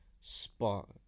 spot